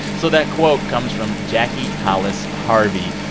so that quote comes from jacky colliss harvey,